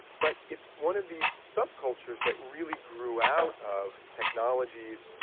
but it's one of these subcultures that really grew out of technologies,